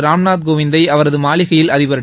ராம்நாத் கோவிந்தை அவரது மாளிகையில் அதிபர் திரு